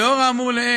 2. לאור האמור לעיל,